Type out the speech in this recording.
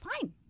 Fine